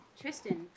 Tristan